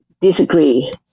disagree